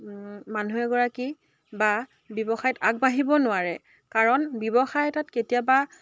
মানুহ এগৰাকী বা ব্যৱসায়ত আগবাঢ়িব নোৱাৰে কাৰণ ব্যৱসায় এটাত কেতিয়াবা